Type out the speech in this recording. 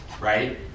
right